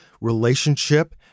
relationship